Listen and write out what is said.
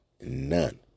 None